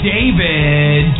David